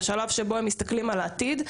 בשלב שהם מסתכלים על העתיד,